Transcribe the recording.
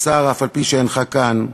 השר, אף-על-פי שאינך כאן,